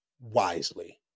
wisely